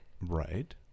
Right